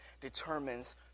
determines